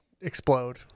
explode